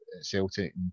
Celtic